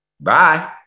bye